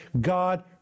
God